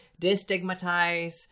destigmatize